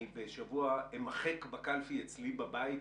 אני בשבוע אמחק בקלפי אצלי בבית,